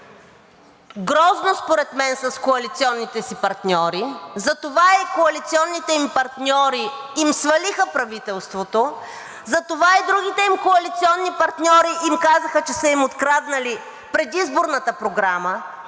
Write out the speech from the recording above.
грозно според мен с коалиционните си партньори, затова и коалиционните им партньори им свалиха правителството, затова и другите им коалиционни партньори им казаха, че са им откраднали предизборната програма.